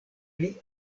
pli